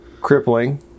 crippling